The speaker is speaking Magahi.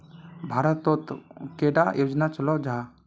भारत तोत कैडा योजना चलो जाहा?